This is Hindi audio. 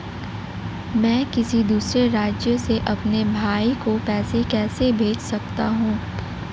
मैं किसी दूसरे राज्य से अपने भाई को पैसे कैसे भेज सकता हूं?